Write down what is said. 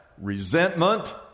resentment